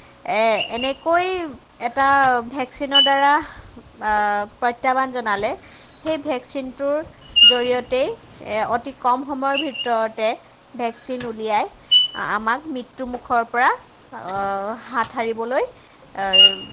এ এনেকৈ এটা ভেকছিনৰ দ্বাৰা প্ৰত্যাহ্বান জনালে সেই ভেকছিনটোৰ জৰিয়তেই অতি কম সময়ৰ ভিতৰতে ভেকছিন ওলিয়াই আ আমাক মৃত্যুৰ মুখৰ পৰা হাত সাৰিবলৈ